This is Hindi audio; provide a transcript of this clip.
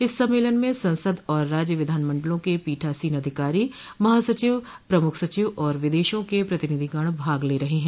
इस सम्मेलन में संसद और राज्य विधानमंडलों के पीठासीन अधिकारी महासचिव प्रमुख सचिव और विदेशों के प्रतिनिधिगण भाग ले रहे हैं